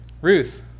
Ruth